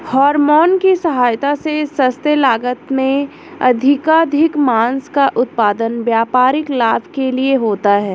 hormone की सहायता से सस्ते लागत में अधिकाधिक माँस का उत्पादन व्यापारिक लाभ के लिए होता है